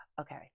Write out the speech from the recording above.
Okay